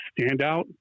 standout